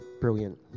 Brilliant